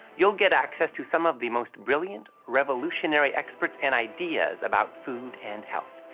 you'll get access to some of the most brilliant, revolutionary experts and ideas about food and health.